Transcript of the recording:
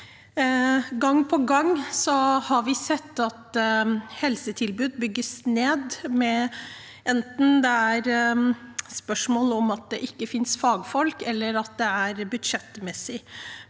Gang på gang har vi sett at helsetilbud bygges ned, enten det handler om at det ikke finnes fagfolk, eller at det er budsjettmessig.